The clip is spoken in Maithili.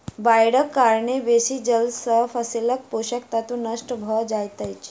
बाइढ़क कारणेँ बेसी जल सॅ फसीलक पोषक तत्व नष्ट भअ जाइत अछि